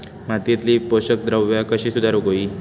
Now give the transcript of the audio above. मातीयेतली पोषकद्रव्या कशी सुधारुक होई?